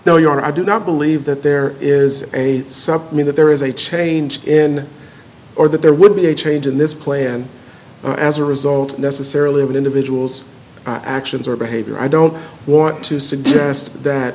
e you are i do not believe that there is a sup me that there is a change in or that there would be a change in this plan as a result necessarily of an individual's actions or behavior i don't want to suggest that